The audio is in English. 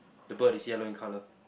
the bird is yellow in colour